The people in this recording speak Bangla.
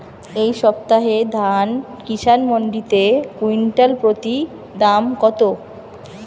এই সপ্তাহে ধান কিষান মন্ডিতে কুইন্টাল প্রতি দাম কত?